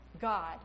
God